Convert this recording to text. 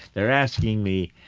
they're asking me,